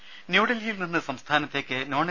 രുമ ന്യൂഡൽഹിയിൽ നിന്ന് സംസ്ഥാനത്തേക്ക് നോൺ എ